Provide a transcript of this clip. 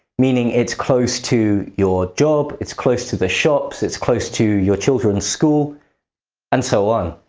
meaning it's close to your job, it's close to the shops, it's close to your children's school and so on.